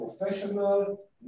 professional